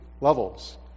levels